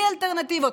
בלי אלטרנטיבות,